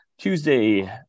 Tuesday